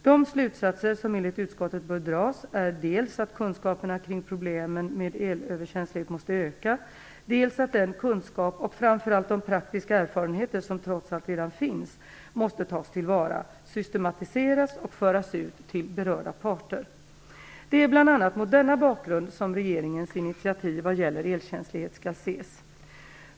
De slutsatser som enligt utskottet bör dras är dels att kunskaperna kring problemen med elöverkänslighet måste öka, dels att den kunskap, och framför allt de praktiska erfarenheter, som trots allt redan finns måste tas till vara, systematiseras och föras ut till berörda parter. Det är bl.a. mot denna bakgrund som regeringens initiativ vad gäller elkänslighet skall ses.